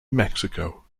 mexico